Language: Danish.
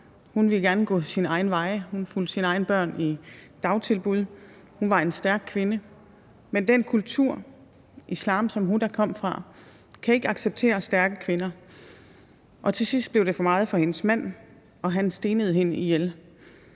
hun ville gerne gå sine egne veje; hun fulgte selv sine børn i dagtilbud. Hun var en stærk kvinde, men den kultur, islam, som hun kommer fra, kan ikke acceptere stærke kvinder, og til sidst blev det for meget for hendes mand, og han stenede hende ihjel.